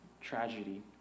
tragedy